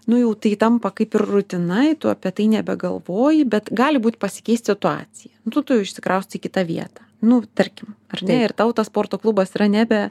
nu jau tai tampa kaip ir rutina tu apie tai nebegalvoji bet gali būt pasikeis situacija nu tu išsikraustai į kitą vietą nu tarkim ane ir tau tas sporto klubas yra nebe